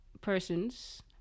persons